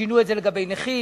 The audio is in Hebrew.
שינו את זה לגבי נכים,